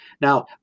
Now